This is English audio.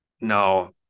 no